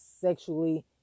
sexually